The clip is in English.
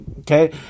Okay